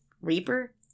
Reaper